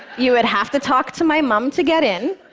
you would have to talk to my mom to get in.